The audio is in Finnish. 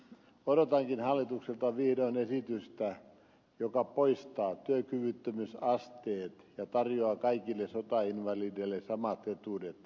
odotankin hallitukselta vihdoin esitystä joka poistaa työkyvyttömyysasteet ja tarjoaa kaikille sotainvalideille samat etuudet